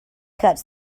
cuts